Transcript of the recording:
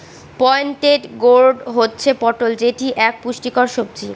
pointed gourd হচ্ছে পটল যেটি এক পুষ্টিকর সবজি